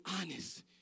honest